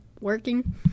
working